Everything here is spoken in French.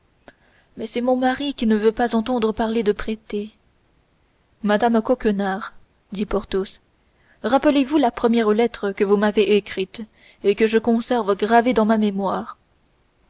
mais c'est mon mari qui ne veut pas entendre parler de prêter madame coquenard dit porthos rappelez-vous la première lettre que vous m'avez écrite et que je conserve gravée dans ma mémoire